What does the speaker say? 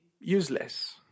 useless